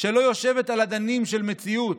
שלא יושבת על אדנים של מציאות,